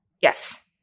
yes